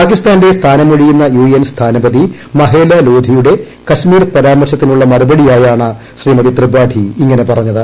പാകിസ്ഥാന്റെ സ്ഥാനമൊഴിയുന്ന യുഎൻ സ്ഥാനപതി മഹേല ലോധിയുടെ കശ്മീർ പരാമർശത്തിനുള്ള മറുപടിയായാണ് ശ്രീമതി ത്രിപാഠി ഇങ്ങനെ പറഞ്ഞത്